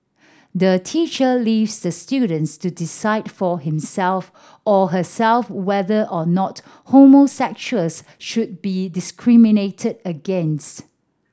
the teacher leaves the students to decide for himself or herself whether or not homosexuals should be discriminated against